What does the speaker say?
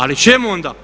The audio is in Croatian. Ali čemu onda?